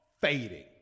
fading